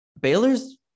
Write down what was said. baylor's